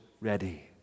ready